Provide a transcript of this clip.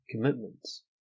commitments